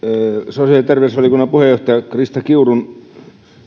sosiaali ja terveysvaliokunnan puheenjohtajan krista kiurun